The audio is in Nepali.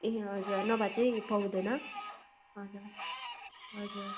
ए हजुर नभए चाहिँ पाउँदैन हजुर हजुर